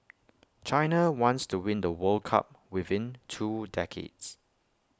China wants to win the world cup within two decades